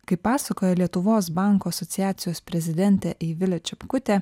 kaip pasakoja lietuvos bankų asociacijos prezidentė aivilė čipkutė